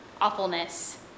awfulness